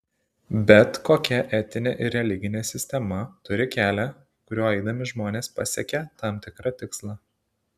bet kokia etinė ir religinė sistema turi kelią kuriuo eidami žmonės pasiekia tam tikrą tikslą